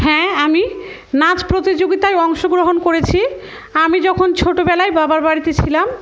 হ্যাঁ আমি নাচ প্রতিযোগিতায় অংশগ্রহণ করেছি আমি যখন ছোটোবেলায় বাবার বাড়িতে ছিলাম